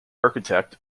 architect